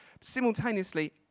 Simultaneously